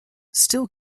still